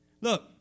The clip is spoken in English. Look